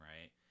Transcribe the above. right